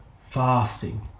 fasting